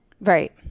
Right